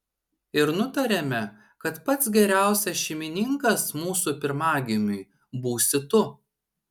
ir nutarėme kad pats geriausias šeimininkas mūsų pirmagimiui būsi tu